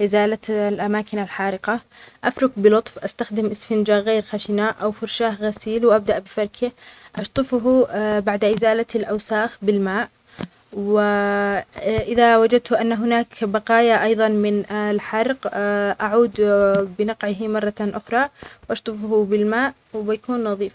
إزالة الأماكن الحارقة، أفرك بلطف أستخدم إسفنجة غير خشنة أو فرشاة غسيل وأبدأ بفركه، أشطفه بعد إزالة الأوساخ بالماء و إذا وجدت أنه هناك بقايا أيضًا من الحرق أعود (اا) بنقعه مرة أخري، أشطفه بالماء وبيكون نظيف.